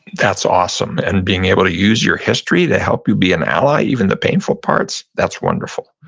that's awesome. and being able to use your history to help you be an ally, even the painful parts? that's wonderful.